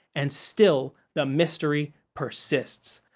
and still the mystery persists.